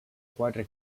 quatre